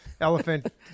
elephant